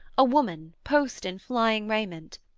a woman-post in flying raiment.